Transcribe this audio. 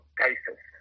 cases